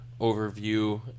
overview